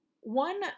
One